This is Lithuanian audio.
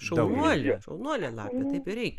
šaunuolė šaunuolė lapė taip ir reikia